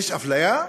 יש אפליה?